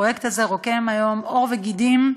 הפרויקט הזה קורם היום עור וגידים,